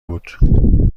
بود